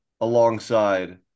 alongside